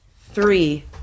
Three